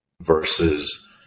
versus